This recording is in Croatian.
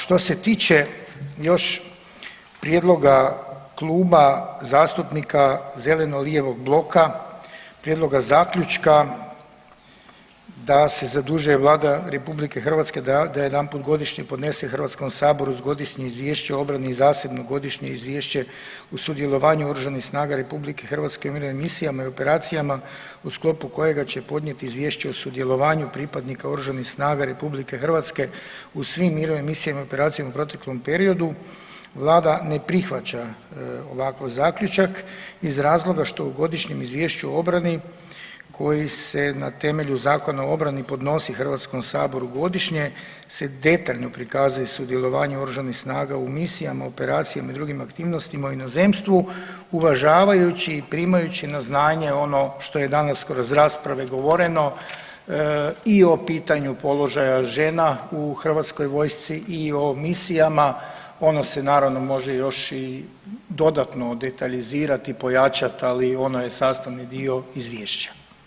Što se tiče još prijedloga Kluba zastupnika zeleno-lijevog bloka, prijedloga zaključka da se zadužuje Vlada RH da jedanput godišnje podnese Hrvatskom saboru Godišnje izvješće o obrani o zasebno Godišnje izvješće o sudjelovanju OS-a RH u mirovnim misijama i operacijama u sklopu kojega će podnijeti Izvješće o sudjelovanju pripadnika OS-a RH u svim mirovnim misijama i operacijama u proteklom periodu, Vlada ne prihvaća ovakav zaključak iz razloga što u Godišnjem izvješću o obrani koji se na temelju podnosi Hrvatskom saboru, godišnje se detaljno prikazuje sudjelovanje OS-a u misijama, operacijama i drugim aktivnostima u inozemstvu uvažavajući i primajući na znanje ono što je danas kroz raspravu i govoreno, i o pitanju položaja žena u Hrvatskoj vojsci i o misijama, ono se naravno može još i dodatno detaljizirati, pojačati ali ono je sastavni dio izvješća.